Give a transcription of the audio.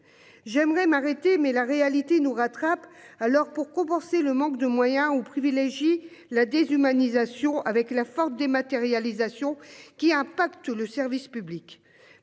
J'aimerais m'arrêter mais la réalité nous rattrape. Alors pour compenser le manque de moyens, on privilégie la déshumanisation avec la forte dématérialisation qui impacte le service public.